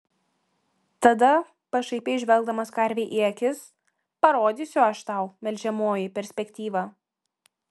tada pašaipiai žvelgdamas karvei į akis parodysiu aš tau melžiamoji perspektyvą